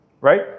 right